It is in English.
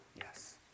Yes